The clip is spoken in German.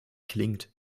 klingt